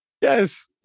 Yes